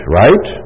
right